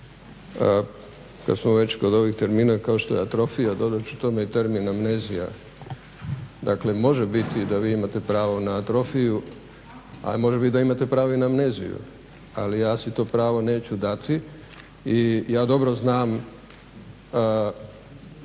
Kada smo već kod ovih termina kao što je atrofija dodat ću tome termin amnezija. Dakle može biti da vi imate pravo na atrofiju a može biti da imate pravo na amneziju, ali ja si to pravo neću dati i ja dobro znam